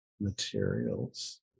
materials